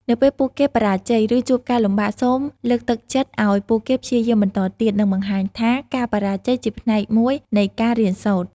នៅពេលពួកគេបរាជ័យ ឬជួបការលំបាក សូមលើកទឹកចិត្តឲ្យពួកគេព្យាយាមបន្តទៀត និងបង្ហាញថាការបរាជ័យជាផ្នែកមួយនៃការរៀនសូត្រ។